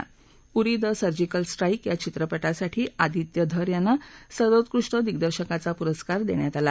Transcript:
Uri the surgical strike या चित्रपटासाठी अदित्य धर यांना सर्वोत्कृष्ट दिग्दर्शकाचा पुरस्कार दप्विात आला